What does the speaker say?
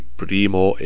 primo